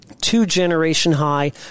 two-generation-high